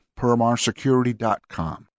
permarsecurity.com